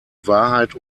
wahrheit